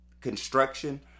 construction